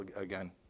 again